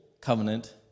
covenant